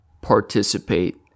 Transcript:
participate